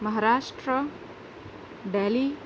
Maharashtra Delhi